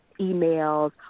emails